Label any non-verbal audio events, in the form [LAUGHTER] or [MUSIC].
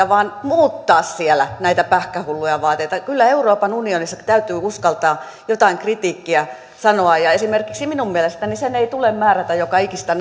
[UNINTELLIGIBLE] vaan muuttaa siellä näitä pähkähulluja vaateita kyllä euroopan unionissa täytyy uskaltaa jotain kritiikkiä sanoa ja esimerkiksi minun mielestäni sen ei tule määrätä joka ikistä [UNINTELLIGIBLE]